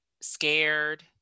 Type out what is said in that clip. scared